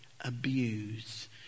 abuse